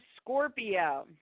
Scorpio